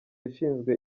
ushinzwe